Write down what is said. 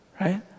Right